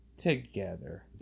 together